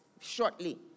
shortly